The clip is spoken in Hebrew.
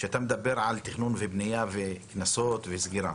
כשאתה מדבר על תכנון ובנייה וקנסות וסגירה,